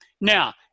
Now